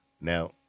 Now